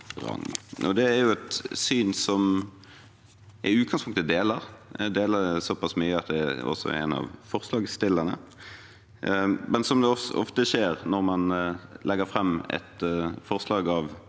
Det er et syn som jeg i utgangspunktet deler. Jeg deler det såpass mye at jeg er en av forslagsstillerne, men som det ofte skjer når man legger fram et forslag av